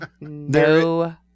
no